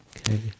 Okay